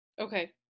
Okay